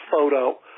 photo